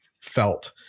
felt